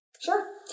Sure